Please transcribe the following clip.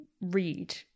read